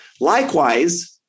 Likewise